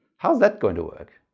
how's that going to work?